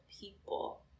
people